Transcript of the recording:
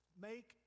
Make